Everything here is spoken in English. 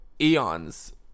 eons